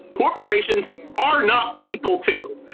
corporations are not people, too.